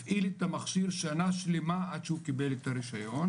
הפעיל את המכשיר שנה שלימה עד שהוא קיבל את הרישיון,